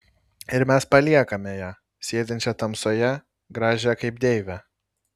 ir mes paliekame ją sėdinčią tamsoje gražią kaip deivę